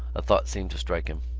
a thought seemed to strike him.